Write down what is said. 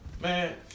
Man